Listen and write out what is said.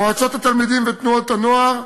מועצות התלמידים ותנועות הנוער,